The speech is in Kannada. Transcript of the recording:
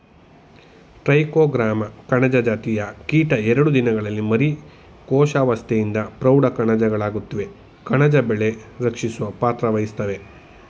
ಟ್ರೈಕೋಗ್ರಾಮ ಕಣಜ ಜಾತಿಯ ಕೀಟ ಎರಡು ದಿನದಲ್ಲಿ ಮರಿ ಕೋಶಾವಸ್ತೆಯಿಂದ ಪ್ರೌಢ ಕಣಜಗಳಾಗುತ್ವೆ ಕಣಜ ಬೆಳೆ ರಕ್ಷಿಸೊ ಪಾತ್ರವಹಿಸ್ತವೇ